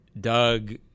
Doug